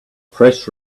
press